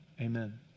Amen